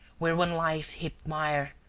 where one life heaped mire,